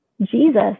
Jesus